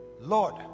lord